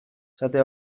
esate